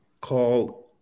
called